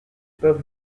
pas